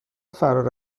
فرار